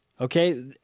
okay